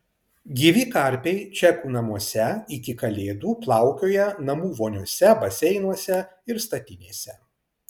gyvi karpiai čekų namuose iki kalėdų plaukioja namų voniose baseinuose ir statinėse